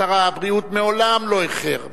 שר הבריאות מעולם לא איחר,